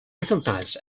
recognised